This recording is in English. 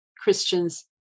Christians